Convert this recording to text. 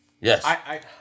Yes